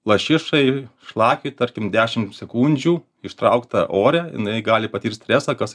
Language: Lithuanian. lašišai šlakiui tarkim dešimt sekundžių ištraukta ore jinai gali patirt stresą kas